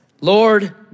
Lord